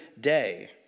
day